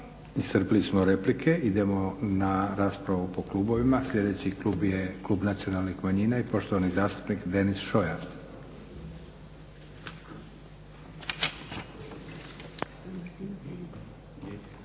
Iscrpili smo replike. Idemo na raspravu po klubovima. Sljedeći klub je Klub nacionalnih manjina i poštovani zastupnik Deneš Šoja.